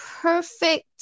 perfect